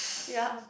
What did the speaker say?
ya